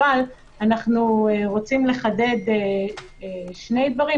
אבל אנחנו רוצים לחדד שני דברים.